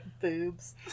Boobs